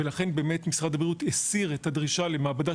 ולכן משרד הבריאות הסיר את הדרישה למעבדה